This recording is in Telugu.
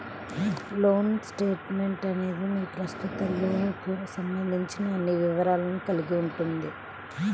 లోన్ స్టేట్మెంట్ అనేది మీ ప్రస్తుత లోన్కు సంబంధించిన అన్ని వివరాలను కలిగి ఉంటుంది